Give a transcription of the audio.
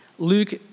Luke